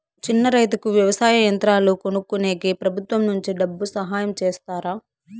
చిన్న రైతుకు వ్యవసాయ యంత్రాలు కొనుక్కునేకి ప్రభుత్వం నుంచి డబ్బు సహాయం చేస్తారా?